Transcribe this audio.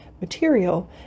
material